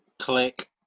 Click